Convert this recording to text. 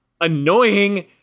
annoying